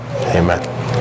Amen